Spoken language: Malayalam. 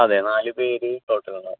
അതെ നാല് പേർ ടോട്ടൽ ഉണ്ടാവും